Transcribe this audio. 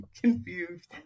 confused